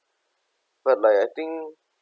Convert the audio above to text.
but like I think